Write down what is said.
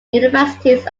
universities